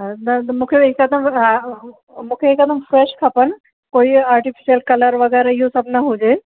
हा न त मूंखे हिकदमि हा उहो मूंखे हिकदमि फ्रेश खपनि कोई आर्टीफिशल कलर वग़ैरह इहो सभु न हुजे